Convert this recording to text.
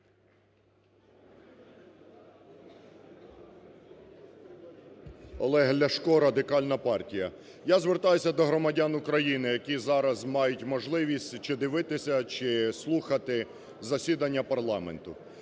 Олег Ляшко, Радикальна партія. Я звертаюся до громадян України, які зараз мають можливість чи дивитися, чи слухати засідання парламенту.